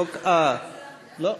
אה, לא,